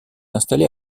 installé